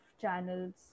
channels